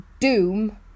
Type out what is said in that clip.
Doom